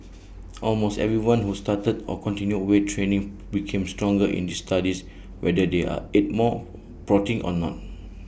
almost everyone who started or continued weight training became stronger in these studies whether they ate more protein or not